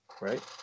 right